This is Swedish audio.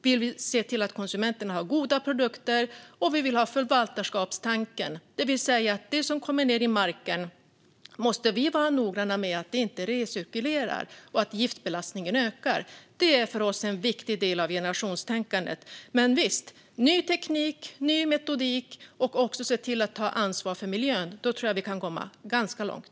Vi vill se till att konsumenterna har goda produkter. Vi vill också ha förvaltarskapstanken, det vill säga att vi måste vara noggranna med att det som kommer ned i marken inte recirkulerar så att giftbelastningen ökar. Det är för oss en viktig del av generationstänkandet. Men visst - med ny teknik, ny metodik och ansvar för miljön tror jag att vi kan komma ganska långt.